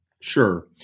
Sure